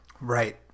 Right